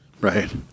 Right